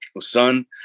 son